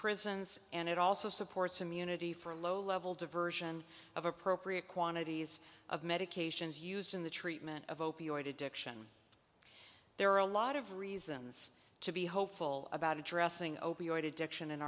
prisons and it also supports immunity for low level diversion of appropriate quantities of medications used in the treatment of opioid addiction there are a lot of reasons to be hopeful about addressing opioid addiction in